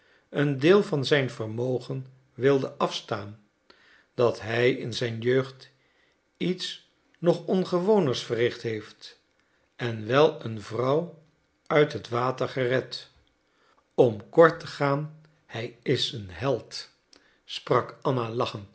een deel van zijn vermogen wilde afstaan dat hij in zijn jeugd iets nog ongewoners verricht heeft en wel een vrouw uit het water gered om kort te gaan hij is een held sprak anna lachend